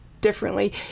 differently